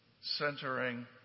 centering